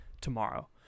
tomorrow